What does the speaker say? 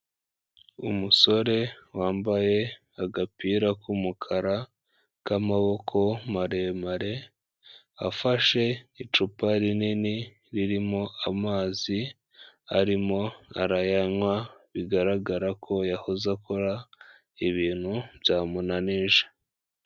Umusore wambaye agapira k'umukara k'amaboko maremare, afashe icupa rinini ririmo amazi arimo arayanywa, bigaragara ko yahoze akora ibintu byamunanije.